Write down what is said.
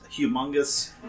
humongous